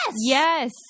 Yes